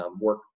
work